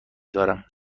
دارم